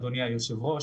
אדוני היושב-ראש,